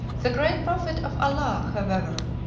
the great prophet of allah, however,